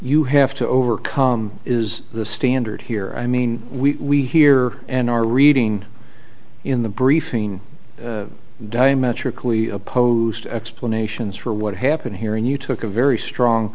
you have to overcome is the standard here i mean we hear and are reading in the briefing diametrically opposed explanations for what happened here and you took a very strong